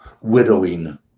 widowing